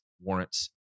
warrants